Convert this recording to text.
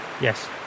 Yes